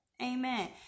Amen